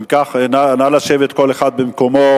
אם כך, נא לשבת כל אחד במקומו.